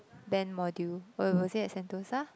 band module wa~ was it at Sentosa